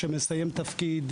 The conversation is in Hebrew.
שמסיים תפקיד,